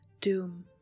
Doom